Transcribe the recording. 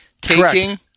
taking